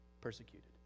persecuted